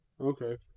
Okay